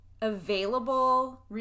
available